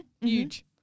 huge